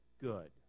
good